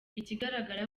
ikigaragara